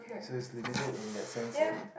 so is limited in that sense that